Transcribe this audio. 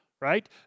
right